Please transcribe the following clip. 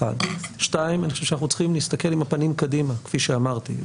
כפי שאמרתי,